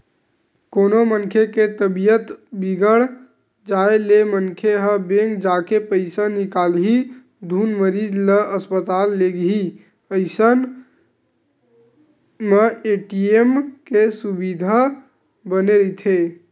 कोनो मनखे के तबीयत बिगड़ जाय ले मनखे ह बेंक जाके पइसा निकालही धुन मरीज ल अस्पताल लेगही अइसन म ए.टी.एम के सुबिधा बने रहिथे